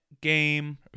game